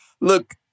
Look